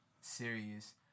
serious